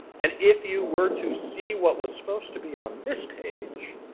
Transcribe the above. and if you were to see what was supposed to be on this page,